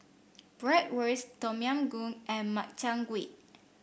Bratwurst Tom Yam Goong and Makchang Gui